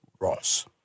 Ross